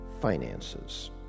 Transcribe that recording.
finances